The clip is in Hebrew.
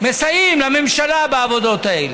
מסייעים לממשלה בעבודות האלה.